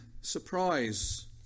surprise